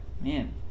man